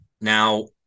Now